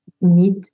meet